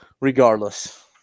regardless